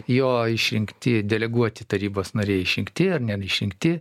jo išrinkti deleguoti tarybos nariai išrinkti ar neišrinkti